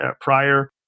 prior